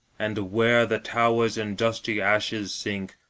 and where the towers in dusty ashes sink,